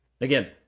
Again